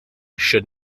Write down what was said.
should